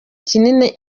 kinini